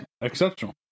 Exceptional